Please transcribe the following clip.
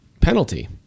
penalty